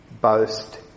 boast